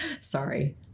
Sorry